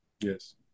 Yes